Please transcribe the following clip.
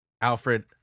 Alfred